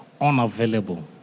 unavailable